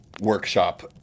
workshop